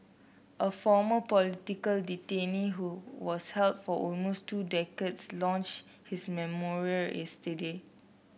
a former political detainee who was held for almost two decades launched his memoir yesterday